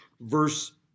Verse